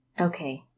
Okay